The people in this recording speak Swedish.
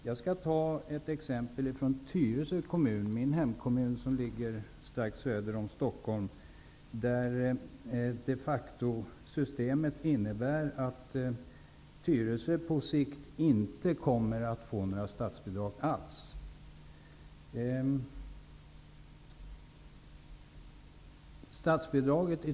Jag skall ta ett exempel från min hemkommun Tyresö, strax söder om Stockholm. Där innebär systemet de facto att Tyresö på sikt inte kommer att få några statsbidrag alls.